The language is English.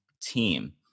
team